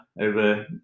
over